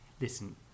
listen